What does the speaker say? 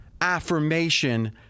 affirmation